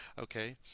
Okay